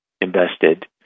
invested